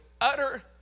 utter